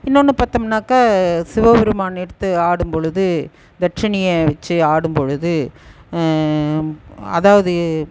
இன்னொன்று பார்த்தோம்னாக்க சிவபெருமான் எடுத்து ஆடும் பொழுது தட்சினியை வச்சு ஆடும் பொழுது அதாவது